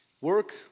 Work